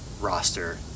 roster